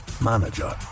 Manager